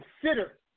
consider